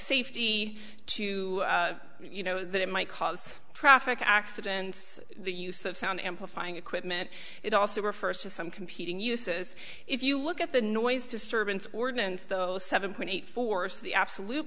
safety to you know that it might cause traffic accidents the use of sound amplifying equipment it also refers to some competing uses if you look at the noise disturbance ordinance those seven point eight force the absolute